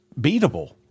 beatable